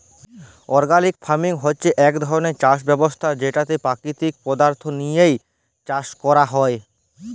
organic farming হছে ইক ধরলের চাষ ব্যবস্থা যেটতে পাকিতিক পদাথ্থ লিঁয়ে চাষ ক্যরা হ্যয়